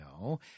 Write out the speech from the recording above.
No